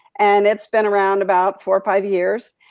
and it's been around about four or five years.